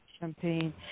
Champagne